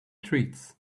treats